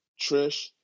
trish